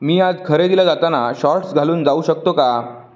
मी आज खरेदीला जाताना शॉर्ट्स घालून जाऊ शकतो का